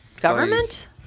government